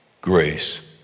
grace